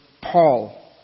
Paul